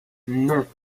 non